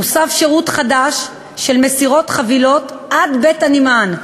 הוסף שירות חדש של מסירת חבילות עד בית הנמען,